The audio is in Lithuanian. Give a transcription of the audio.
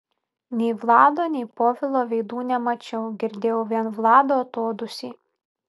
nei vlado nei povilo veidų nemačiau girdėjau vien vlado atodūsį